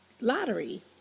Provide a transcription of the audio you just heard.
Lottery